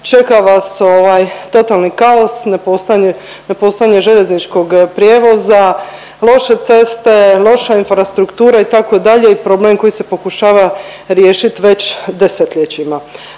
čeka vas totalni kaos, nepostojanje željezničkog prijevoza, loše ceste, loša infrastruktura itd. i problem koji se pokušava riješit već desetljećima.